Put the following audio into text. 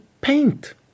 paint